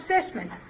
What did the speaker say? assessment